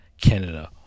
Canada